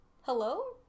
Hello